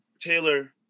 Taylor